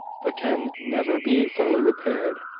but can never be fully repaired.